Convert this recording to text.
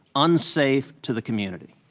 unsafe to the community.